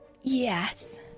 Yes